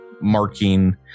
marking